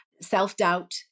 Self-doubt